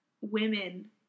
women